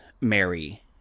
Mary